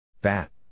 Bat